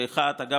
1991-1990. אגב,